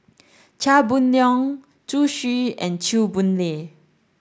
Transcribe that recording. Chia Boon Leong Zhu Xu and Chew Boon Lay